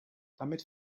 damit